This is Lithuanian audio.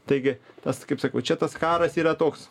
taigi tas kaip sakau čia tas karas yra toks